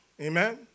Amen